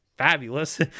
Fabulous